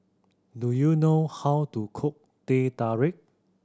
do you know how to cook Teh Tarik